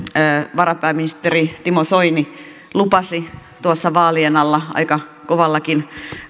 varapääministeri timo soini lupasi tuossa vaalien alla aika kovallakin